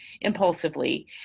impulsively